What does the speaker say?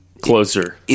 closer